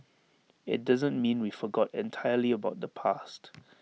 IT doesn't mean we forgot entirely about the past